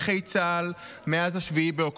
מי ידאג ל-12,000 נכי צה"ל מאז 7 באוקטובר.